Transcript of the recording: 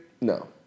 No